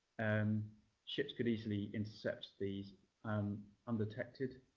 um ships could easily intercept these um undetected.